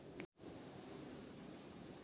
ಕಡಲಿ ಎಷ್ಟು ತಿಂಗಳಿಗೆ ಬೆಳೆ ಕೈಗೆ ಬರಬಹುದು?